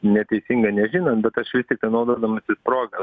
neteisinga nežinom bet aš vis tiktai naudodamasis proga